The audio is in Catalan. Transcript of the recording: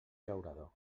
llaurador